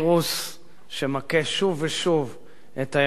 שמכה שוב ושוב את הימין הישראלי,